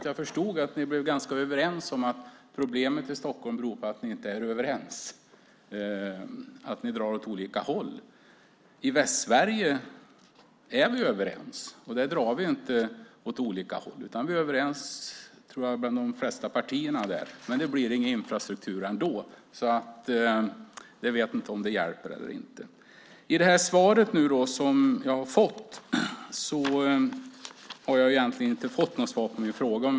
Jag förstod att ni blev överens om att problemet i Stockholm beror på att ni inte är överens och drar åt olika håll. I Västsverige är vi överens; där drar vi inte åt olika håll. De flesta partierna är överens, men det blir ingen infrastruktur ändå, så jag vet inte om det hjälper eller inte. Om vi ska vara riktigt ärliga har jag egentligen inte fått något svar på min fråga.